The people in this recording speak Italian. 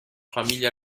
famiglia